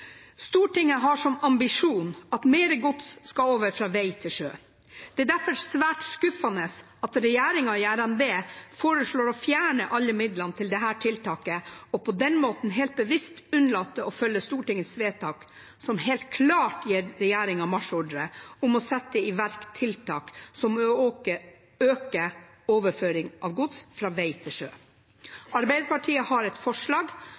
Stortinget har som ambisjon at mer gods skal over fra vei til sjø. Det er derfor svært skuffende at regjeringen i RNB foreslår å fjerne alle midlene til dette tiltaket, og på den måten helt bevisst unnlater å følge Stortingets vedtak, som helt klart gir regjeringen marsjordre om å sette i verk tiltak som øker overføringen av gods fra vei til sjø. Arbeiderpartiet er med på et forslag